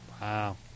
Wow